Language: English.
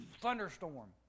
thunderstorm